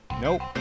Nope